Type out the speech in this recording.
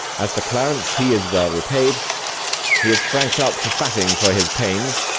as for clarence, he is well repaid he is frank'd up to fatting for his pains